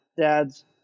dad's